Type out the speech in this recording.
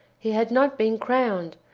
he had not been crowned,